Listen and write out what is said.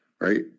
Right